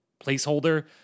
placeholder